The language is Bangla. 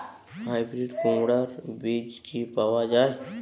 হাইব্রিড কুমড়ার বীজ কি পাওয়া য়ায়?